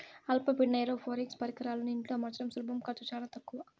అల్ప పీడన ఏరోపోనిక్స్ పరికరాలను ఇంట్లో అమర్చడం సులభం ఖర్చు చానా తక్కవ